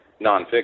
nonfiction